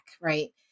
right